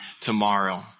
tomorrow